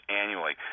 annually